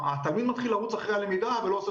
התלמיד מתחיל לרוץ אחרי הלמידה ולא עושה